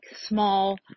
small